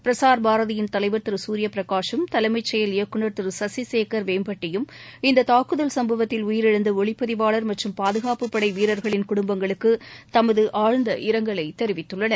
பிரசார் பாரதியின் தலைவர் திருசூரியபிரகாஷும் தலைமை செயல் இயக்குனர் திருசசிசேகர் வேம்பட்டியும் இந்ததாக்குதல் சும்பவத்தில் உயிரிழந்தஒளிப்பதிவாளர் மற்றும் பாதுகாப்புப்படைவீரர்களின் குடும்பங்களுக்குதமதுஆழ்ந்த இரங்கலைதெரிவித்துள்ளனர்